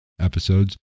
episodes